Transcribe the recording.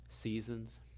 seasons